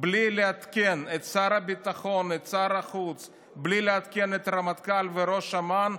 בלי לעדכן את שר הביטחון ואת שר החוץ ובלי לעדכן את הרמטכ"ל וראש אמ"ן,